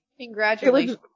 Congratulations